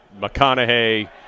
McConaughey